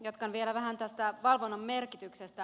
jatkan vielä vähän tästä valvonnan merkityksestä